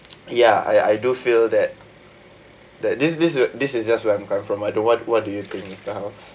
ya I I do feel that that this this would this is just where I'm coming from uh do what what do you think mister house